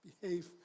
behave